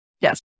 Yes